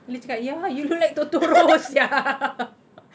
sekali dia cakap ya you look like totoro sia